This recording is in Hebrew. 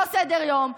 לא סדר-יום,